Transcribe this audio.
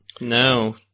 No